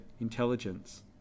intelligence